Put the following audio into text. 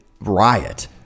riot